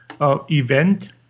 event